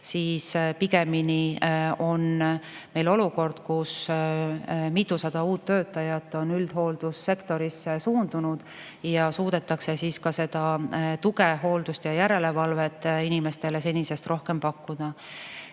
et pigemini on meil olukord, kus mitusada uut töötajat on üldhooldussektorisse suundunud ja suudetakse tuge, hooldust ja järelevalvet inimestele senisest rohkem pakkuda.